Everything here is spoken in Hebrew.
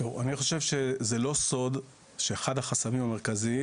אני חושב שזה לא סוד שאחד החסמים המרכזיים